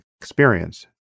experience